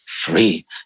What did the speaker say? free